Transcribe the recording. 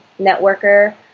networker